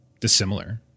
dissimilar